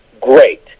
great